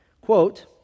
quote